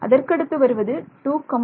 அதற்கு அடுத்து வருவது 21